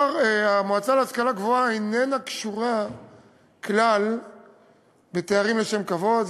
המועצה להשכלה גבוהה איננה קשורה כלל בתארים לשם כבוד,